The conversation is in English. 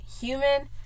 human